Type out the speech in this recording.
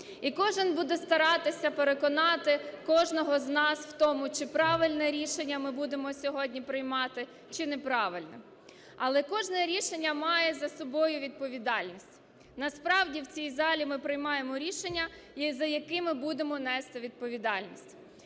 І кожен буде старатися переконати кожного з нас в тому, чи правильне рішення ми будемо сьогодні приймати, чи неправильне. Але кожне рішення має за собою відповідальність. Насправді в цій залі ми приймаємо рішення, за які ми будемо нести відповідальність.